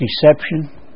deception